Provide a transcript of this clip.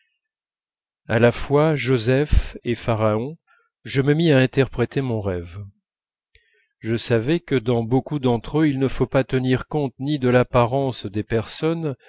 à la fois joseph et pharaon je me mis à interpréter mon rêve je savais que dans beaucoup d'entre eux il ne faut tenir compte ni de l'apparence des personnes